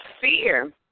fear